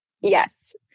Yes